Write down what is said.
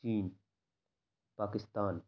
چین Pakistan